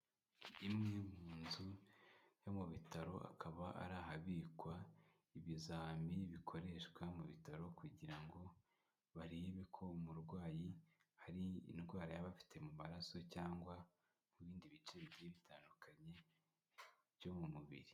Imwe mu nzu yo mu bitaro akaba ari ahabikwa ibizami bikoreshwa mu bitaro kugira ngo barebe ko umurwayi hari indwara yaba afite mu maraso cyangwa ku bindi bice bigiye bitandukanye byo mu mubiri.